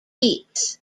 beats